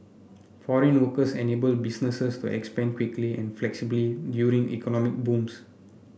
foreign workers enable businesses to expand quickly and flexibly during economic booms